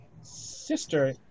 sister